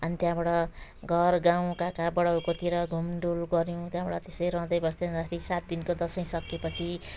अनि त्यहाँबाट घरगाउँ काका बडाबाबुको तिर घुमडुल गऱ्यौँ त्यहाँबाट त्यसै रहँदै बस्दै जाँदाखेरि सात दिनको दसैँ सकिएपछि